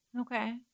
Okay